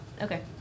Okay